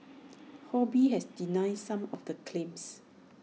ho bee has denied some of the claims